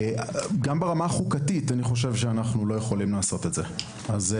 אז לפעמים גם לאבא ואמא יש ילדים שצריך לחנך אותם -- נכון,